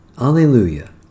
Alleluia